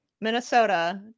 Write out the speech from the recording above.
Minnesota